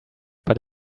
but